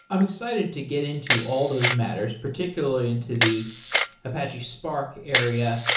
i'm excited to get into all those matters, particularly into the apache spark area.